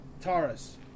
Taurus